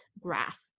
graph